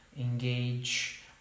engage